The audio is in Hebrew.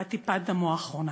עד טיפת דמו האחרונה.